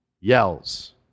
yells